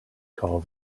call